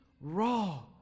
raw